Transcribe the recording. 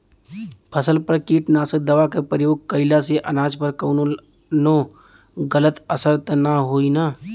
फसल पर कीटनाशक दवा क प्रयोग कइला से अनाज पर कवनो गलत असर त ना होई न?